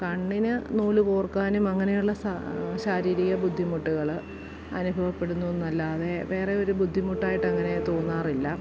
കണ്ണിന് നൂലു കോർക്കാനും അങ്ങനെ ഉള്ള ശാരീരിക ബുദ്ധിമുട്ടുകൾ അനുഭവപ്പെടുന്നു എന്നല്ലാതെ വേറെ ഒരു ബുദ്ധിമുട്ടായിട്ടങ്ങനെ തോന്നാറില്ല